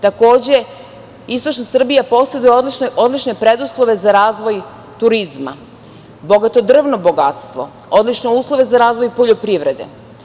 Takođe, istočna Srbija poseduje odlične preduslove za razvoj turizma, bogato drvno bogatstvo, odlične uslove za razvoj poljoprivrede.